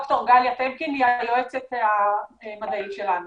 אני רק אבקש להעלות את ד"ר גליה טמקין שהיא היועצת המדעית שלנו